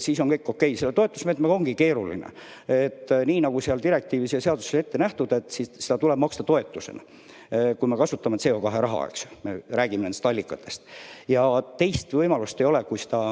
siis on kõik OK. Selle toetusmeetmega ongi keeruline. Nii nagu seal direktiivis ja seaduses on ette nähtud, siis seda tuleb maksta toetusena, kui me kasutame CO2raha, eks, me räägime nendest allikatest. Teist võimalust ei ole. Kui seda